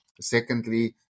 Secondly